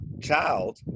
child